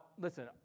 listen